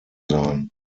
sein